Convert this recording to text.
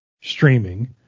streaming